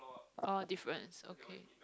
oh difference okay